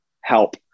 help